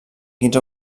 quinze